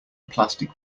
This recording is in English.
plastic